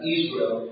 Israel